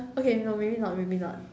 okay no maybe not maybe not